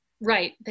right